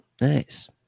Nice